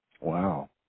Wow